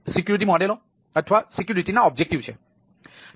security મોડેલોઓ છેઅને પોલિસીઓ અને પદ્ધતિઓ છે